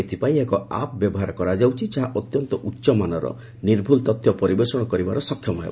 ଏଥିପାଇଁ ଏକ ଆପ୍ ବ୍ୟବହାର କରାଯାଉଛି ଯାହା ଅତ୍ୟନ୍ତ ଉଚ୍ଚମାନର ନିର୍ଭୁଲ୍ ତଥ୍ୟ ପରିବେଷଣ କରିବାରେ ସକ୍ଷମ ହେବ